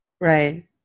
Right